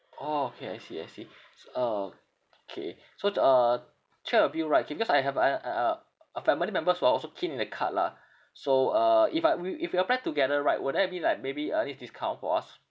orh okay I see I see s~ uh K so to uh check with you right K because I have an uh uh uh family members who are also keen in the card lah so uh if I we if we apply together right will there be like maybe any discount for us